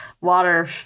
water